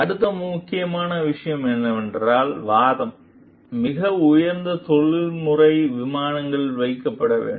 அடுத்த முக்கியமான விஷயம் என்னவென்றால் வாதம் மிக உயர்ந்த தொழில்முறை விமானத்தில் வைக்கப்பட வேண்டும்